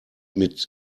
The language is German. mit